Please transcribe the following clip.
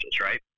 right